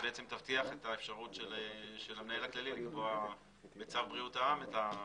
שתבטיח את האפשרות של המנהל הכללי לקבוע בצו בריאות העם את ההוראות.